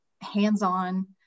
hands-on